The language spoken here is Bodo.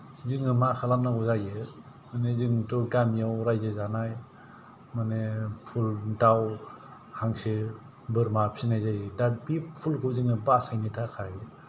जोङो मा खालामनांगौ जायो माने जोंथ' गामियाव रायजो जानाय माने फुल दाउ हांसो बोरमा फिनाय जायो दा बि फुलखौ जोङो बासायनो थाखाय